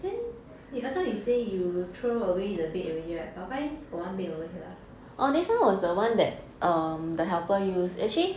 then that time you say you you throw away the bed already [right] but why got one bed over here ah